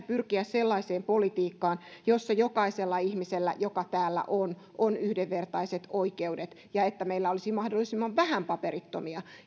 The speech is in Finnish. pyrkiä sellaiseen politiikkaan jossa jokaisella ihmisellä joka täällä on on yhdenvertaiset oikeudet ja jossa meillä olisi mahdollisimman vähän paperittomia